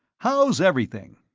how's everything?